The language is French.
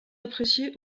apprécié